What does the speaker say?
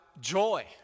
joy